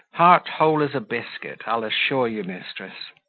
heart-whole as a biscuit, i'll assure you, mistress.